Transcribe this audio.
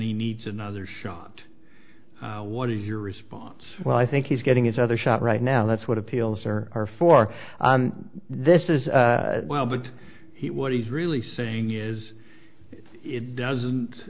he needs another shot what is your response well i think he's getting his other shot right now that's what appeals are are for this is a while but what he's really saying is it doesn't